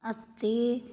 ਅਤੇ